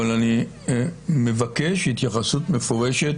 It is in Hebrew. אני מבקש התייחסות מפורשת